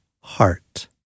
heart